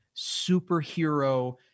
superhero